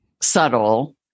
subtle